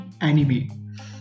anime